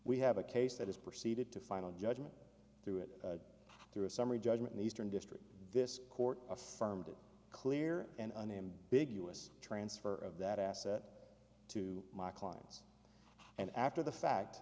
we have a case that is proceeded to final judgment through it through a summary judgment in the eastern district this court affirmed a clear and unambiguous transfer of that asset to my clients and after the fact